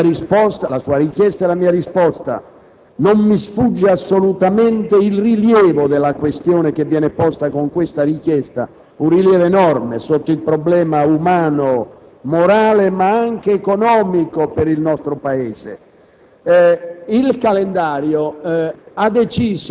Senatrice, ricordo benissimo la sua richiesta e la mia risposta; non mi sfugge assolutamente il rilievo della questione che viene posta con la sua richiesta, un rilievo enorme sotto il profilo umano, morale, ma anche economico per il nostro Paese.